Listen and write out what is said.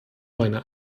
meine